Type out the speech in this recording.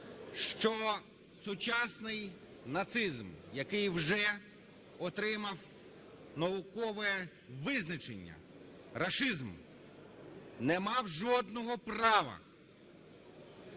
що сучасний нацизм, який вже отримав наукове визначення – рашизм, не мав жодного права